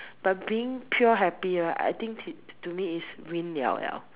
but being pure happy right I think t~ to me is win liao liao